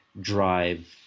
drive